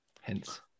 hence